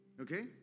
Okay